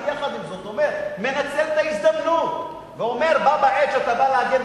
אני יחד עם זאת מנצל את ההזדמנות ואומר: בה בעת שאתה בא להגן,